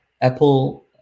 Apple